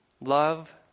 Love